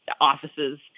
offices